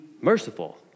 merciful